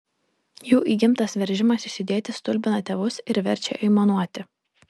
jų įgimtas veržimasis judėti stulbina tėvus ir verčia aimanuoti